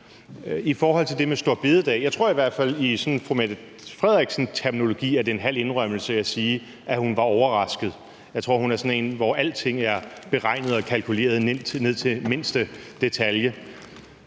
i forhold til det med store bededag. Jeg tror i hvert fald, at det i statsministerens terminologi er en halv indrømmelse at sige, at hun var overrasket. Jeg tror, at hun er sådan en, hvor alting beregnet og kalkuleret ned til mindste detalje.